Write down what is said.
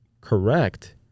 correct